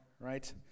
right